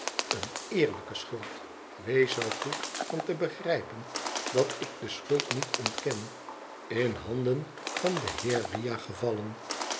eene eerlijke schuld wees zoo goed van te begrijpen dat ik de schuld niet ontken in handen van den heer riah gevallen